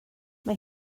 mae